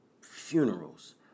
funerals